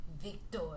Victor